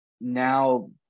now